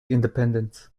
independence